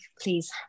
Please